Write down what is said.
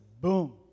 boom